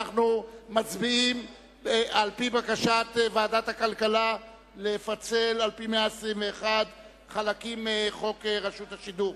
אנחנו מצביעים על בקשת ועדת הכלכלה לפצל חלקים מחוק רשות השידור,